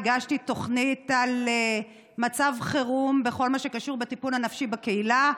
הגשתי תוכנית על מצב חירום בכל מה שקשור בטיפול הנפשי בקהילה.